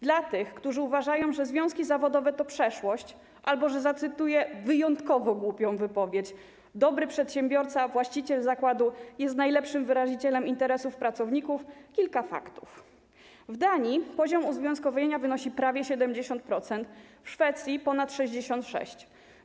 Dla tych, którzy uważają, ze związki zawodowe to przeszłość albo że - zacytuję wyjątkowo głupią wypowiedź - dobry przedsiębiorca, właściciel zakładu jest najlepszym wyrazicielem interesów pracowników, kilka faktów: w Danii poziom uzwiązkowienia wynosi prawie 70%, w Szwecji - ponad 66%,